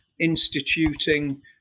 instituting